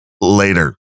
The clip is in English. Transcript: Later